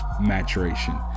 Maturation